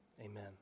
amen